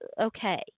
Okay